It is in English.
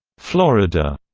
florida,